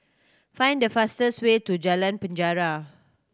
find the fastest way to Jalan Penjara